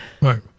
right